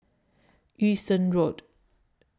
Yung Sheng Road